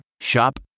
Shop